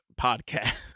podcast